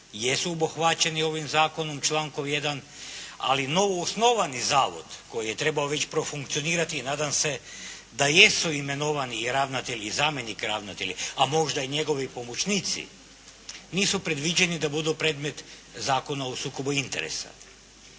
jesu obuhvaćeni ovim zakonom člankom 1. ali novoosnovani zavod koji je trebao već profunkcionirati i nadam se da jesu imenovani ravnatelji i zamjenik ravnatelja, a možda i njegovi pomoćnici, nisu predviđeni da budu predmet Zakona o sukobu interesa.